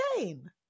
again